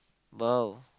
!wow!